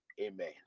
Amen